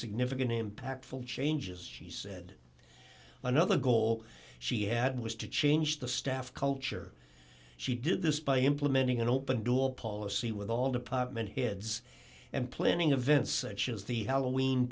significant impactful changes she said another goal she had was to change the staff culture she did this by implementing an open door policy with all department heads and planning events such as the halloween